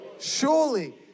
Surely